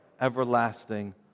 everlasting